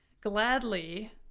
gladly